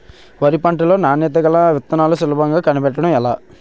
వరి పంట లో నాణ్యత గల విత్తనాలను సులభంగా కనిపెట్టడం ఎలా?